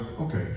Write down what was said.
okay